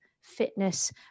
fitness